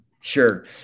Sure